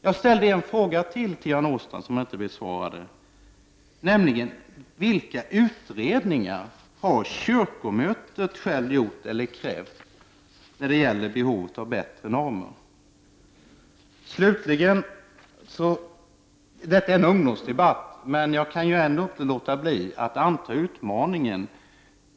Jag ställde ytterligare en fråga till Göran Åstrand som han inte besvarade, nämligen: Vilka utredningar har kyrkomötet självt gjort eller krävt när det gäller behovet av bättre normer? Slutligen. Detta är en ungdomsdebatt, men jag kan ändå inte låta bli att anta utmaningen.